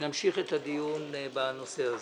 ונמשיך את הדיון בנושא הזה.